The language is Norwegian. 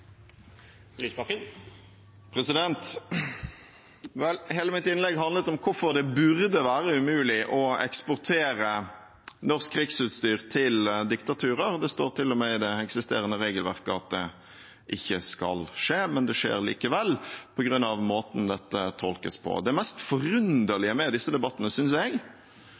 ikke mulig. Vel, hele mitt innlegg handlet om hvorfor det burde være umulig å eksportere norsk krigsutstyr til diktaturer. Det står til og med i det eksisterende regelverket at det ikke skal skje, men det skjer likevel, på grunn av måten dette tolkes på. Det mest forunderlige med disse debattene, synes jeg, er